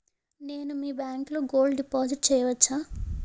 నేను మీ బ్యాంకులో గోల్డ్ డిపాజిట్ చేయవచ్చా?